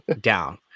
Down